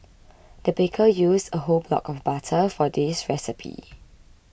the baker used a whole block of butter for this recipe